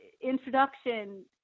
introduction